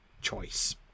choice